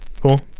Cool